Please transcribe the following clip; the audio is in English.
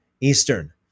Eastern